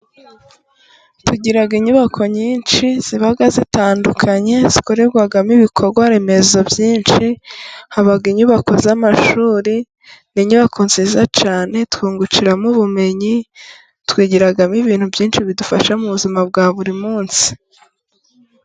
Tugira inyubako nyinshi ziba zitandukanye, zikorerwamo ibikorwaremezo byinshi ,haba inyubako z'amashuri ni inyubako nziza cyane, twungukiramo ubumenyi, twigiramo ibintu byinshi bidufasha mu buzima bwa buri munsi.